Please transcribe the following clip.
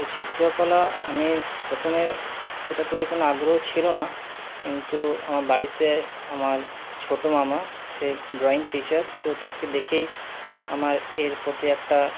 চিত্রকলা আমি প্রথমে সেটার প্রতি কোনো আগ্রহ ছিলো না কিন্তু আমার বাড়িতে আমার ছোটো মামা সে ড্রইং টিচার তো তাকে দেখেই আমার এর প্রতি একটা